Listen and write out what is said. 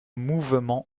mouvement